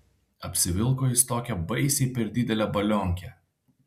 apsivilko jis tokią baisiai per didelę balionkę